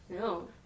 No